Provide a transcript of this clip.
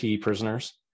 prisoners